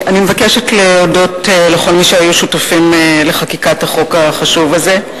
אני מבקשת להודות לכל מי שהיו שותפים לחקיקת החוק החשוב הזה,